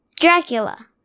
Dracula